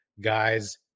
guys